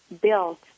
built